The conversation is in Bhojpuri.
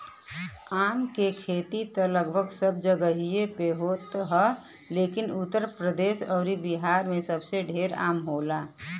आम क खेती त लगभग सब जगही पे होत ह लेकिन उत्तर प्रदेश अउरी बिहार में सबसे ढेर आम होला